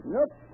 Nope